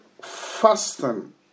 fasten